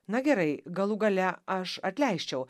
na gerai galų gale aš atleisčiau